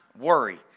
worry